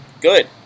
good